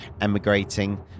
emigrating